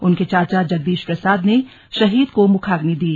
उनके चाचा जगदीश प्रसाद ने शहीद को मुखाग्नि दी